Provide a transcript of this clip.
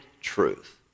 truth